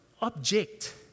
object